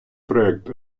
проект